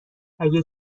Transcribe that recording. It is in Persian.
اگه